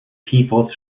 people